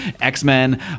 X-Men